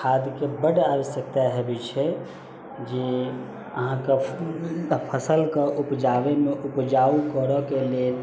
खादके बड्ड आवश्यकता हेबै छै जे अहाँके फसलके उपजाबैमे उपजाउ करैके लेल